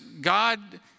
God